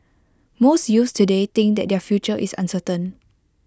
most youths today think that their future is uncertain